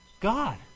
god